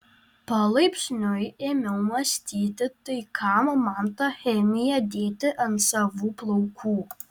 palaipsniui ėmiau mąstyti tai kam man tą chemiją dėti ant savų plaukų